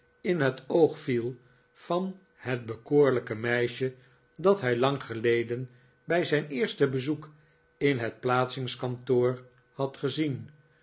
in het oog viel van het bekoorlijke meisje dat hij lang geleden bij zijn eerste bezoek in het plaatsingkantoor had gezien